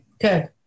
good